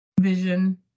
vision